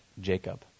Jacob